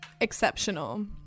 Exceptional